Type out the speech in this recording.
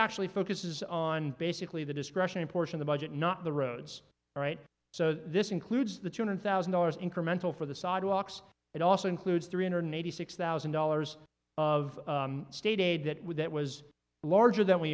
actually focuses on basically the discretionary portion the budget not the roads all right so this includes the two hundred thousand dollars incremental for the sidewalks it also includes three hundred eighty six thousand dollars of state aid that would that was larger than wh